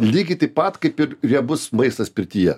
lygiai taip pat kaip ir riebus maistas pirtyje